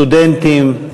סטודנטים,